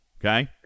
Okay